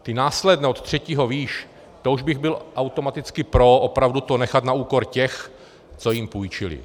Ty následné od třetího výš, to už bych byl automaticky pro opravdu to nechat na úkor těch, co jim půjčili.